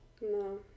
No